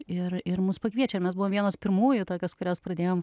ir ir mus pakviečia mes buvom vienos pirmųjų tokios kurios pradėjom